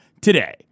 today